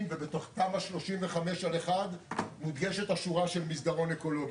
ובתוך תמ"א 35/1 מודגשת השורה של מסדרון אקולוגי.